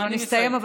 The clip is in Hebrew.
הזמן הסתיים,